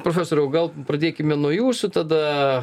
profesoriau gal pradėkime nuo jūsų tada